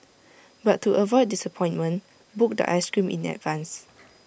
but to avoid disappointment book the Ice Cream in advance